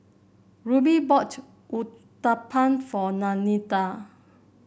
Rubie bought Uthapam for Lanita